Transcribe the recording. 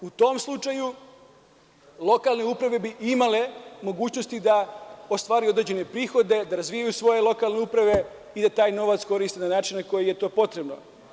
U tom slučaju, lokalne uprave bi imale mogućnosti da ostvaruju određene prihode, da razvijaju svoje lokalne uprave i da taj novac koriste na način na koji je to potrebno.